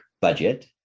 budget